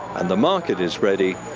and the market is ready.